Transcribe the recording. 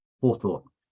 forethought